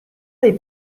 dei